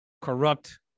corrupt